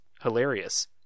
hilarious